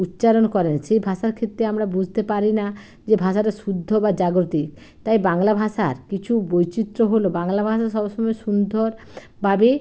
উচ্চারণ করে সেই ভাষার ক্ষেত্রে আমরা বুঝতে পারি না যে ভাষাটা শুদ্ধ বা জাগতিক তাই বাংলা ভাষার কিছু বৈচিত্র্য হলো বাংলা ভাষা সবসময় সুন্দরভাবে